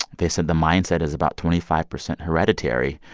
they said the mindset is about twenty five percent hereditary,